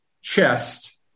chest